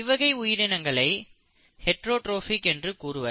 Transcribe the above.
இவ்வகை உயிரினங்களை ஹெட்ரோடிரோபிக் என்று கூறுவர்